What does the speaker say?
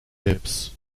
lips